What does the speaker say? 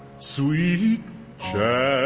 sweet chariot,